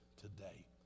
today